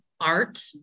art